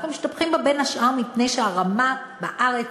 אנחנו משתבחים בין השאר מפני שהרמה בארץ,